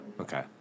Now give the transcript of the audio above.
Okay